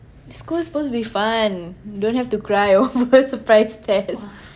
school's supposed to be fun don't have to cry over surprise test